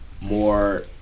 more